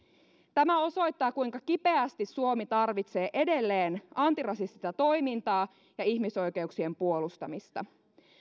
tämä osoittaa kuinka kipeästi suomi tarvitsee edelleen antirasistista toimintaa ja ihmisoikeuksien puolustamista